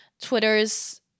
Twitter's